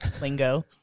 lingo